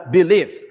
belief